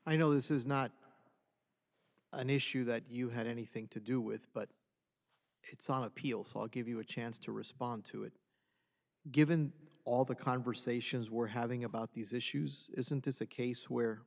i know this is not an issue that you had anything to do with but it's on appeal so i'll give you a chance to respond to it given all the conversations we're having about these issues isn't this a case where